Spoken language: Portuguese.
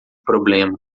problema